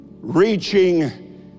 reaching